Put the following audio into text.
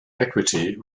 equity